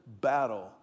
battle